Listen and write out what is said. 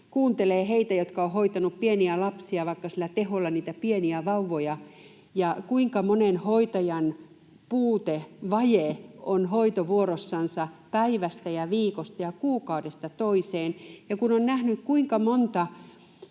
kuuntelee heitä, jotka ovat hoitaneet pieniä lapsia, vaikka teholla niitä pieniä vauvoja — vaikka on kuinka monen hoitajan puute, vaje hoitovuorossansa päivästä ja viikosta ja kuukaudesta toiseen — ja kun on nähnyt, kuinka monta